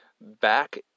Back